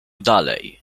dalej